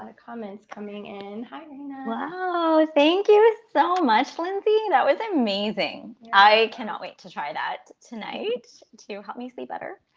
ah comments coming in. hi, raina. wow. ah thank you so much, lindsay. that was amazing. i cannot wait to try that tonight to help me sleep better.